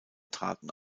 traten